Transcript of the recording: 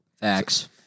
Facts